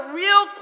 real